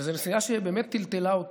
וזאת נסיעה שבאמת טלטלה אותי.